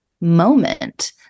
moment